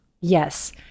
Yes